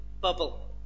bubble